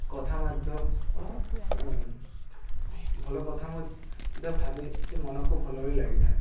କଥା ମଧ୍ୟ ଭଲ କଥା ମଧ୍ୟ ଭାବି ଟିକେ ମନକୁ ଭଲ ବି ଲାଗିଥାଏ